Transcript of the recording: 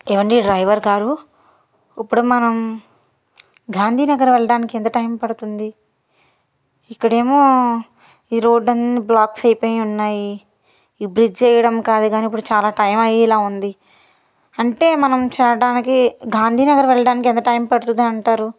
ఏవండీ డ్రైవర్ గారు ఇప్పుడు మనం గాంధీనగర్ వెళ్ళడానికి ఎంత టైం పడుతుంది ఇక్కడేమో ఈ రోడ్ అన్నీ బ్లాక్ అయిపోయి ఉన్నాయి ఇప్పుడు ఈ బ్రిడ్జి వేయడం కాదు కానీ ఇప్పుడు చాలా టైం అయ్యేలా ఉంది అంటే మనం చేరడానికి గాంధీనగర్ వెళ్ళడానికి ఎంత టైం పడుతుంది అంటారు